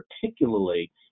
particularly